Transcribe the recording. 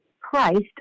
Christ